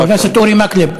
חבר הכנסת אורי מקלב,